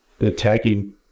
attacking